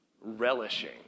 relishing